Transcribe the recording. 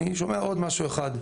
אני שומע עוד משהו אחד.